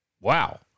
Wow